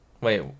Wait